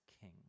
king